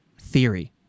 theory